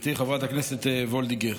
גברתי חברת הכנסת וולדיגר,